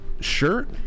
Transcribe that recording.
shirt